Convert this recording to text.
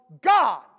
God